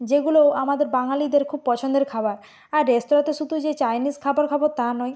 যেগুলোও আমাদের বাঙালিদের খুব পছন্দের খাবার আর রেস্তোরাঁতে শুধু যে চাইনিস খাবার খাবো তা নয়